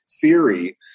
theory